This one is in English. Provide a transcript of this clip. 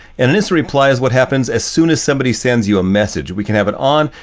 and this replies what happens as soon as somebody sends you a message, we can have it on.